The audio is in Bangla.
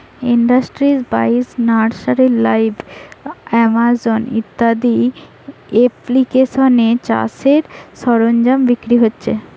ইন্ডাস্ট্রি বাইশ, নার্সারি লাইভ, আমাজন ইত্যাদি এপ্লিকেশানে চাষের সরঞ্জাম বিক্রি হচ্ছে